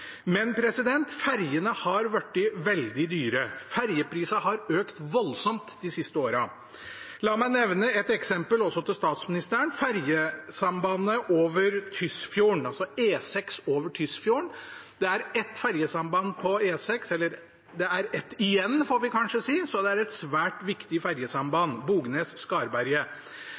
ferjene er blitt veldig dyre. Ferjeprisene har økt voldsomt de siste årene. La meg nevne et eksempel for statsministeren: ferjesambandet over Tysfjorden, altså E6 over Tysfjorden. Det er ett ferjesamband på E6, eller det er ett igjen, får vi kanskje si, så det er et svært viktig ferjesamband,